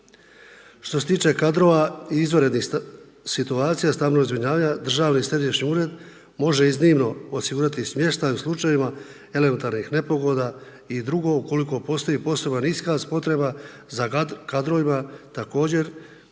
Što se tiče kadrova i izvanrednih situacija stambenog zbrinjavanja Državni središnji ured, može iznimno osigurati smještaj u slučajevima elementarnih nepogoda i drugo, ukoliko postoji poseban iskaz potreba za kadrovima također